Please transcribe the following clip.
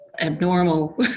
abnormal